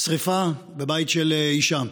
שרפה בבית של אישה.